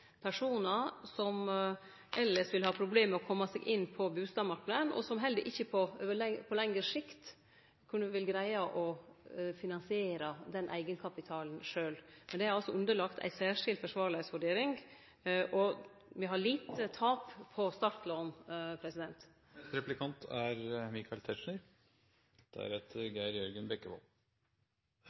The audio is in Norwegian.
personar som elles ville ha problem med å kome seg inn på bustadmarknaden, og som heller ikkje på lengre sikt ville greie å finansiere den eigenkapitalen sjølv. Men det er altså underlagt ei særskilt forsvarlegheitsvurdering, og me har lite tap på startlån. Jeg tillater meg å følge opp i samme spor som forrige replikant. Det er